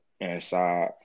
inside